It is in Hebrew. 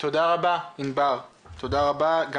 תודה רבה ענבר וארז.